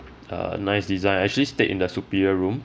uh nice design I actually stayed in the superior room